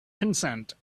consent